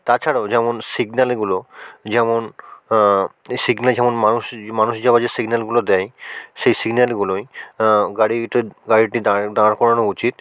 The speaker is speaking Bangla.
তাছাড়াও যেমন সিগনালগুলো যেমন সিগনালে যেমন মানুষ যাওয়ার যে সিগনালগুলো দেয় সেই সিগনালগুলোয় গাড়িটা গাড়িটি দাঁড় করানো উচিত